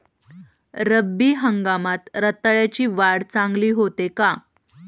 रब्बी हंगामात रताळ्याची वाढ चांगली होते का?